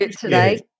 today